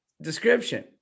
description